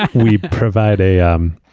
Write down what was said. we provide a um